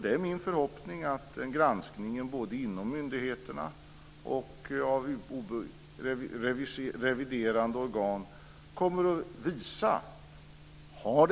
Det är min förhoppning att granskningen både inom myndigheterna och av reviderande organ kommer att visa om